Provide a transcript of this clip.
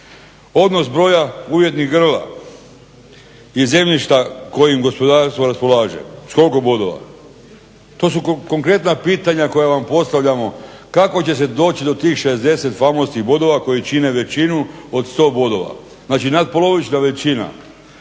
Odnos broja umjetnih grla i zemljišta kojim gospodarstvo raspolaže. S koliko bodova? To su konkretna pitanja koja vam postavljamo, kako će se doći do tih 60 famoznih bodova koji čine većinu od 100 bodova. Znači, natpolovična većina